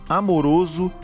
amoroso